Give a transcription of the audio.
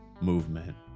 movement